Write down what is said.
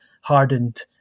hardened